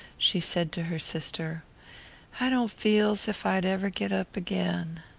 she said to her sister i don't feel's if i'd ever get up again.